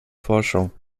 forschung